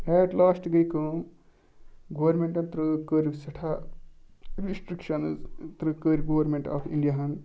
eight last گٔے کٲم گورمِنٹَن ترٛٲو کٔرِکھ سٮ۪ٹھاہ رِسٹِرٛکشَنٕز ترٛ کٔرۍ گورمِنٛٹ آف اِنڈیاہَن